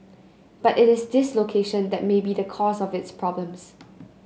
but it is this location that may be the cause of its problems